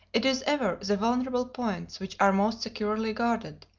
it is ever the vulnerable points which are most securely guarded,